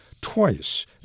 Twice